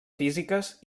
físiques